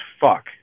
fuck